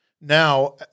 now